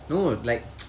no like